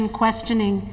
questioning